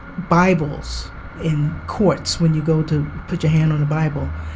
bibles in courts when you go to put your hand on a bible,